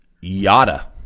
Yada